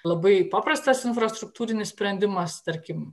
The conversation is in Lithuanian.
labai paprastas infrastruktūrinis sprendimas tarkim